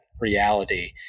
reality